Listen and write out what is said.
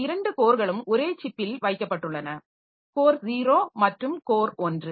இந்த இரண்டு கோர்களும் ஒரே சிப்பில் வைக்கப்பட்டுள்ளனகோர் 0 மற்றும் கோர் 1